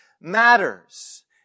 matters